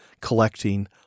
collecting